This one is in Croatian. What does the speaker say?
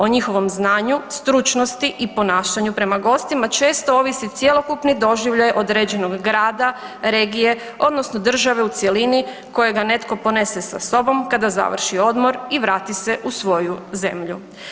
O njihovom znanju, stručnosti i ponašanju prema gostima često ovisi cjelokupni doživljaj određenog grada, regije odnosno države u cjelini kojega netko ponese sa sobom kada završi odmor i vrati se u svoju zemlju.